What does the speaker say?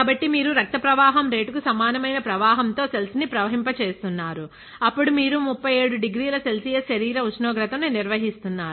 కాబట్టి మీరు రక్త ప్రవాహం రేటుకు సమానమైన ప్రవాహంతో సెల్స్ ని ప్రవహింప చేస్తున్నారు అప్పుడు మీరు 37 డిగ్రీల సెల్సియస్ శరీర ఉష్ణోగ్రతను నిర్వహిస్తున్నారు